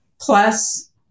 plus